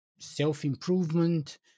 self-improvement